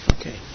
Okay